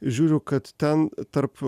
žiūriu kad ten tarp